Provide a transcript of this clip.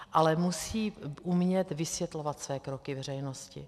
Ale musí umět vysvětlovat své kroky veřejnosti.